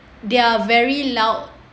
they are very loud